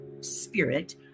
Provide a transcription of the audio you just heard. Spirit